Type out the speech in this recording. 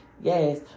Yes